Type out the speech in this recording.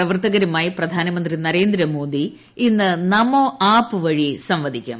പ്രവർത്തകരുമായി പ്രധാനമന്ത്രി നരേന്ദ്രമോ്ദി ഇന്ന് നമോ ആപ്പ് വഴി സംവദിക്കും